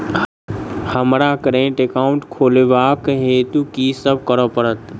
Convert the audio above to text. हमरा current account खोलेवाक हेतु की सब करऽ पड़त?